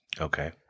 Okay